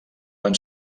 van